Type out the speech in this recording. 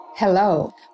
Hello